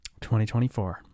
2024